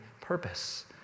purpose